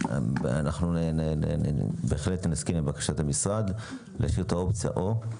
אני בהחלט מסכים לבקשת המשרד להשאיר את האופציה של המילה "או".